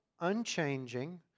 unchanging